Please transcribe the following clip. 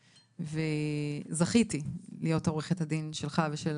ואני זכיתי להיות עורכת הדין שלך ושל